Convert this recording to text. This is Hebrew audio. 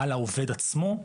על העובד עצמו,